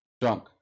Drunk